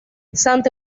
santa